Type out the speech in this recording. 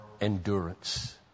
endurance